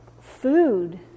food